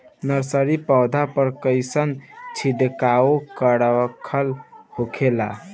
Nursery पौधा पर कइसन छिड़काव कारगर होखेला?